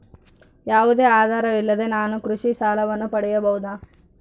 ಯಾವುದೇ ಆಧಾರವಿಲ್ಲದೆ ನಾನು ಕೃಷಿ ಸಾಲವನ್ನು ಪಡೆಯಬಹುದಾ?